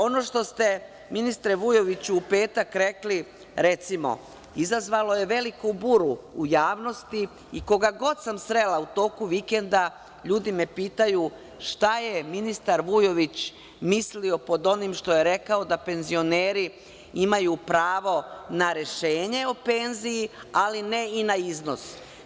Ono što ste ministre Vujoviću, u petak rekli, recimo, izazvalo je veliku buru u javnosti i koga god sam srela u toku vikenda ljudi me pitaju šta je ministar Vujović mislio pod onim što je rekao da penzioneri imaju pravo na rešenje o penziji, ali ne i na iznos.